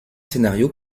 scénario